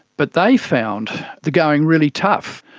but they found the going really tough.